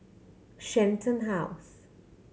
Shenton House